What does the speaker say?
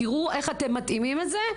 תראו איך אתם מתאימים את זה,